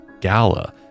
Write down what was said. Gala